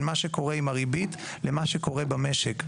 בין מה שקורה עם הריבית למה שקורה במשק.